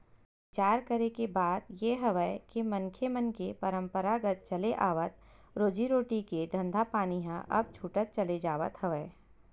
बिचार करे के बात ये हवय के मनखे मन के पंरापरागत चले आवत रोजी रोटी के धंधापानी ह अब छूटत चले जावत हवय